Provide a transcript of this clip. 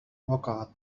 وقعت